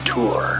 Tour